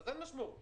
אין משמעות.